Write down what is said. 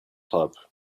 club